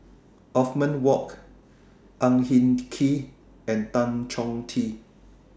Othman Wok Ang Hin Kee and Tan Chong Tee